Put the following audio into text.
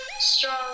strong